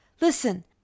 listen